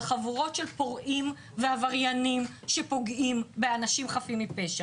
חבורות של פורעים ועבריינים שפוגעים באנשים חפים מפשע.